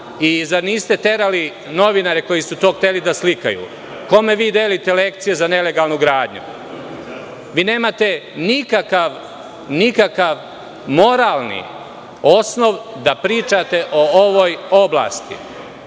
i zar niste terali novinare koji su to hteli da slikaju? Kome vi delite lekcije za nelegalnu gradnju? Vi nemate nikakav moralni osnov da pričate o ovoj oblasti,